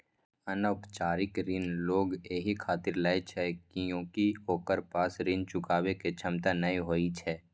अनौपचारिक ऋण लोग एहि खातिर लै छै कियैकि ओकरा पास ऋण चुकाबै के क्षमता नै होइ छै